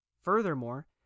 Furthermore